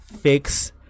Fix